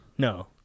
No